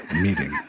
meeting